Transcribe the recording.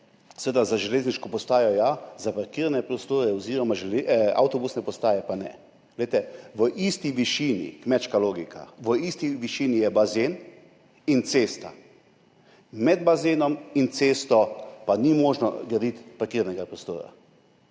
seveda, za železniško postajo ja, za parkirne prostore oziroma avtobusne postaje pa ne. Kmečka logika, na isti višini sta bazen in cesta, med bazenom in cesto pa ni možno graditi parkirnega prostora.